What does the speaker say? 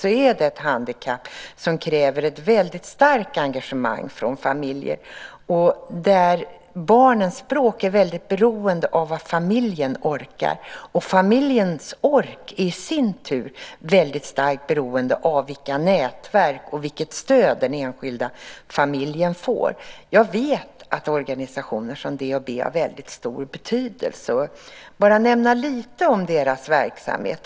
Det handlar om ett handikapp som kräver ett väldigt starkt engagemang från familjen. Barnens språk är väldigt beroende av vad familjen orkar. Familjens ork är i sin tur väldigt starkt beroende av vilka nätverk och vilket stöd den enskilda familjen får. Jag vet att organisationer som DHB har mycket stor betydelse. Låt mig bara nämna lite om deras verksamhet.